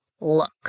look